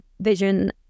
vision